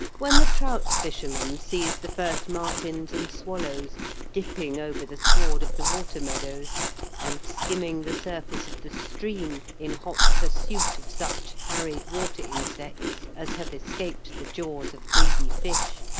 when the trout-fisherman sees the first martins and swallows dipping over the sward of the water-meadows and skimming the surface of the stream in hot pursuit of such harried water-insects as have escaped the jaws of greedy fish,